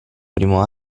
primo